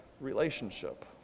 relationship